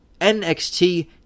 NXT